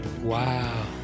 wow